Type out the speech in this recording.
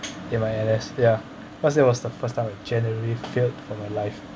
in my N_S ya cause it was the first time I genuinely feared for my life